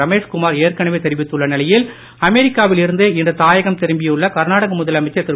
ரமேஷ்குமார் ஏற்கனவே தெரிவித்துள்ள நிலையில் அமெரிக்காவில் இருந்து இன்று தாயகம் திரும்பியுள்ள கர்நாடக முதலமைச்சர் திரு